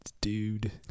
dude